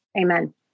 Amen